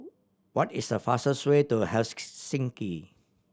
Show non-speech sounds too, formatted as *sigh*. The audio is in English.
what is the fastest way to *unintelligible*